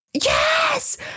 Yes